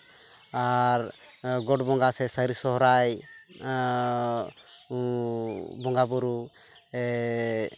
ᱟᱨ ᱜᱚᱰ ᱵᱚᱸᱜᱟ ᱥᱮ ᱥᱟᱹᱨᱤ ᱥᱚᱨᱦᱟᱭ ᱵᱚᱸᱜᱟ ᱵᱳᱳᱨ